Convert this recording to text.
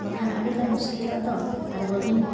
ᱵᱟᱠᱷᱟᱱ ᱟᱹᱰᱤᱞᱮ ᱢᱩᱥᱠᱤᱞᱚᱜ ᱫᱚ ᱟᱨ ᱵᱟᱹᱵᱤᱱ